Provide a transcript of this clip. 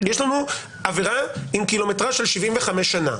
יש לנו עבירה עם קילומטרז' של 75 שנים.